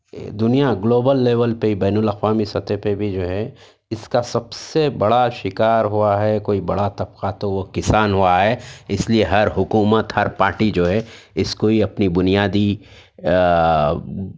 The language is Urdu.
دنیا گلوبل لیبل پہ بین الاقوامی سطح پہ بھی جو ہے اس کا سب سے بڑا شکار ہوا ہے کوئی بڑا طبقہ تو وہ کسان ہوا ہے اس لئے ہر حکومت ہر پارٹی جو ہے اس کو ہی اپنی بنیادی